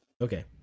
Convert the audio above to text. Okay